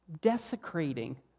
desecrating